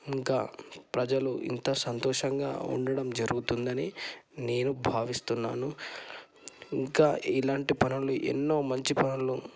ఇంకా ప్రజలు ఇంత సంతోషంగా ఉండడం జరుగుతుందని నేను భావిస్తున్నాను ఇంకా ఇలాంటి పనులు ఎన్నో మంచి పనులు